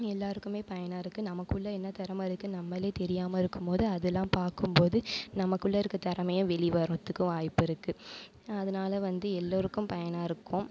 எல்லாருக்குமே பயனாருக்கு நமக்குள்ளே என்ன திறமைருக்கு நம்மளே தெரியாம இருக்கும்போது அதெல்லாம் பார்க்கும்போது நமக்குள்ளே இருக்க திறமையை வெளிவரத்துக்கு வாய்ப்புயிருக்கு அதனால் வந்து எல்லோருக்கும் பயனாகருக்கும்